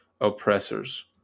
oppressors